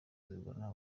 zirwanira